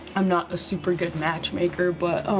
i'm not a super good matchmaker, but